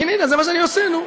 הינה, זה מה שאני עושה, נו.